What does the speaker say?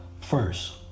First